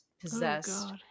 possessed